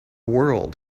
world